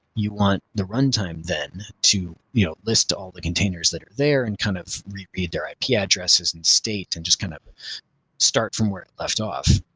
you want the runtime then to you know list all the containers that are there and kind of re-read their ip yeah addresses and state and just kind of start from where it left off.